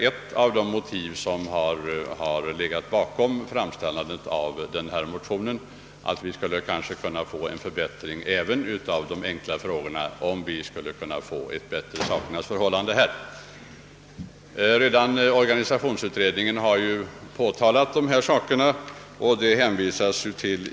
Ett av de motiv som ligger bakom väckandet av denna motion är att vi skulle kunna få en förbättring även beträffande de enkla frågorna, om vi kunde få en bättre ordning i fråga om interpellationerna. Redan organisationsutredningen har ju påtalat de rådande förhållandena.